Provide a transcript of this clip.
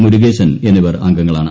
മുരുകേശൻ എന്നിവർ അംഗങ്ങളാണ്